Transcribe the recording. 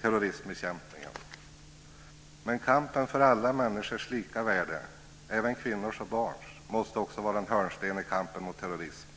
terrorismbekämpningen. Men kampen för alla människors lika värde, även kvinnors och barns, måste också vara en hörnsten i kampen mot terrorism.